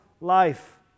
life